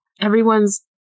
everyone's